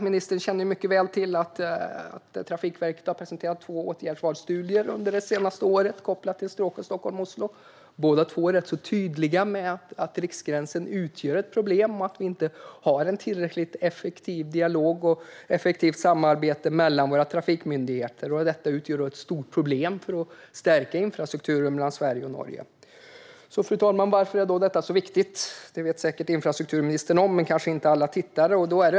Ministern känner mycket väl till att Trafikverket har presenterat två åtgärdsvalsstudier under det senaste året kopplade till stråket Stockholm-Oslo. Båda är tydliga med att riksgränsen utgör ett problem och att man inte har en tillräckligt effektiv dialog och ett effektivt samarbete mellan våra trafikmyndigheter. Detta utgör då ett stort problem när det gäller att stärka infrastrukturen mellan Sverige och Norge. Fru talman! Varför är detta då så viktigt? Det vet säkert infrastrukturministern men kanske inte alla åhörare.